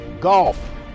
golf